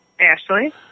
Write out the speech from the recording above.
Ashley